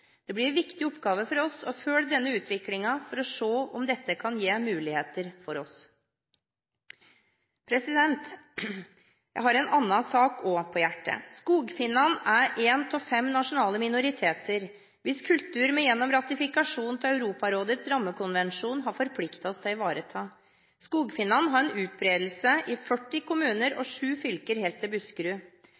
Det blir en viktig oppgave for oss å følge denne utviklingen for å se om dette kan gi muligheter for oss.» Jeg har også en annen sak på hjertet. Skogfinnene er én av fem nasjonale minoriteter hvis kultur vi gjennom ratifikasjon til Europarådets rammekonvensjon har forpliktet oss til å ivareta. Skogfinnene har utbredelse i 40 kommuner og sju fylker – helt til Buskerud.